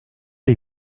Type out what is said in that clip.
les